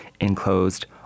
enclosed